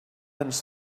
ens